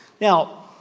Now